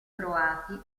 croati